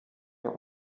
der